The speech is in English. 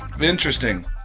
interesting